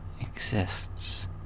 exists